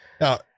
Now